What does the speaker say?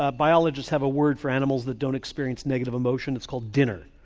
ah biologists have a word for animals that don't experience negative emotion, it's called dinner.